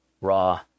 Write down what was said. Raw